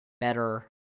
better